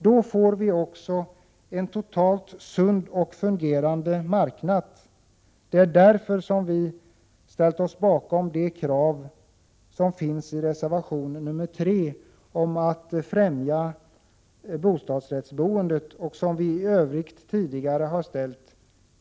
Vi får då också en totalt sund och fungerande marknad. Det är därför som vi ställt oss bakom de krav som finns i reservation nr 3 om att främja bostadsrättsboendet, och som vi i övrigt tidigare har framfört.